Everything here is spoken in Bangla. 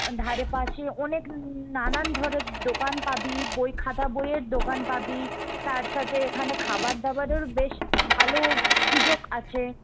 ধারে পাশে অনেক নানান ধরনের দোকান পাবি বই খাতা বইয়ের দোকান পাবি তার সাথে এখানে খাবার দাবারেরও বেশ ভালো সুযোগ আছে